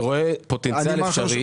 אני רואה פוטנציאל אפשרי.